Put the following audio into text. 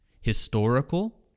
historical